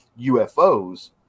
UFOs